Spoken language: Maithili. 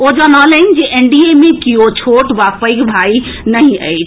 ओ जनौलनि जे एनडीए मे कियो छोट वा पैघ भाई नहि अछि